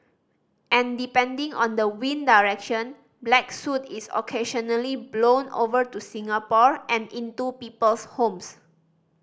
and depending on the wind direction black soot is occasionally blown over to Singapore and into people's homes